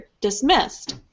dismissed